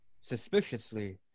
suspiciously